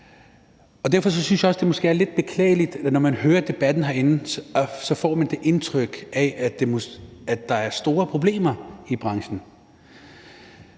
Derfor synes jeg måske også, det er lidt beklageligt, at når man hører debatten herinde, får man det indtryk, at der er store problemer i branchen.